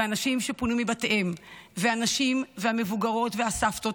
והנשים שפונו מבתיהן והנשים המבוגרות והסבתות,